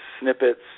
snippets